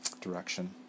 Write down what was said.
direction